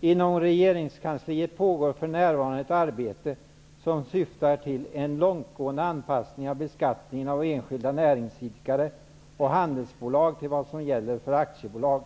''Inom regeringskansliet pågår för närvarande ett arbete som syftar till en långtgående anpassning av beskattningen av enskilda näringsidkare och handelsbolag till vad som gäller för aktiebolag.